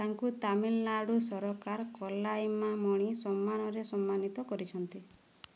ତାଙ୍କୁ ତାମିଲନାଡ଼ୁ ସରକାର କଲାଇମାମଣି ସମ୍ମାନରେ ସମ୍ମାନିତ କରିଛନ୍ତି